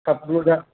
थाबनो जा